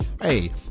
hey